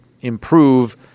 improve